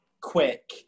quick